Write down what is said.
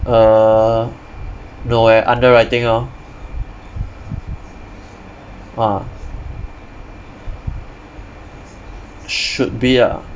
err no eh underwriting lor ah should be ah